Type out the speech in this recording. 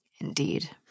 Indeed